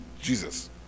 Jesus